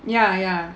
ya ya